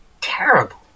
terrible